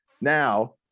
Now